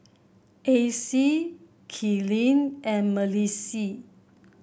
Acey Kaylyn and Malissie